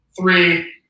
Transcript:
Three